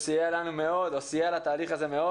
סייעה לתהליך הזה מאוד.